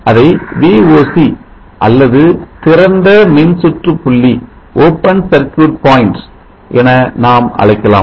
அதை Voc அல்லது திறந்த மின்சுற்றுபுள்ளி என நாம் அழைக்கலாம்